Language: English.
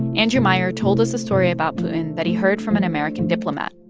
andrew meier told us a story about putin that he heard from an american diplomat,